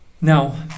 Now